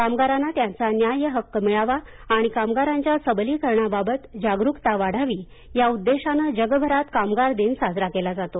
कामगारांना त्यांचा न्याय्य हक्क मिळावा आणि कामगारांच्या सबलीकरणाबाबत जागरूकता वाढावी या उद्देशानं जगभरात कामगार दिन साजरा केला जातो